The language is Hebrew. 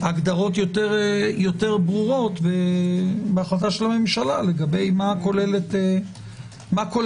הגדרות יותר ברורות ובהחלטה של הממשלה לגבי מה כוללת הרי"ע.